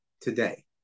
today